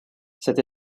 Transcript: cette